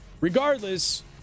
Regardless